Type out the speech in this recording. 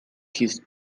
his